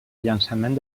llançament